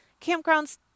campgrounds